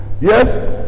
Yes